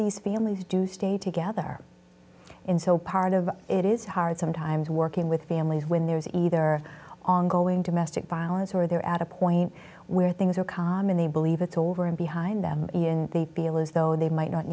these families do stay together in so part of it is hard sometimes working with families when there's either ongoing domestic violence or they're at a point where things are calm and they believe it's over and behind them in the below as though they might not